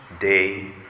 day